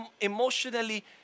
emotionally